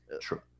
True